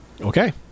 Okay